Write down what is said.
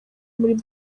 muri